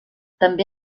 també